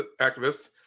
activists